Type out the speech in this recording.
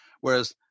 Whereas